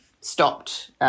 stopped